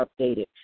updated